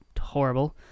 horrible